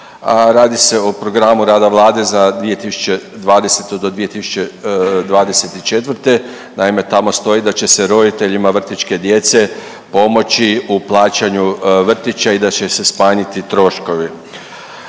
radi se o programu rada Vlade za 2020. do 2024., naime tamo stoji da će se roditeljima vrtićke djece pomoći u plaćanju vrtića i da će se smanjiti troškovi.